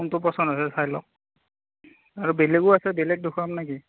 কোনটো পচন্দ হৈছে চাই লওক আৰু বেলেগো আছে বেলেগ দেখুৱামনে কি